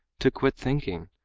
to quit thinking,